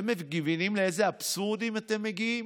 אתם מבינים לאיזה אבסורדים אתם מגיעים?